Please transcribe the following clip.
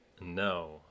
No